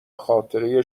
خاطره